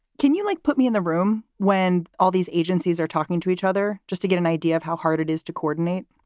can you, like, put me in the room when all these agencies are talking to each other just to get an idea of how hard it is to coordinate?